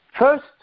First